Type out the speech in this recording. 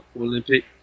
Olympic